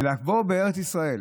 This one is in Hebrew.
ולבוא בארץ ישראל,